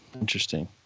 Interesting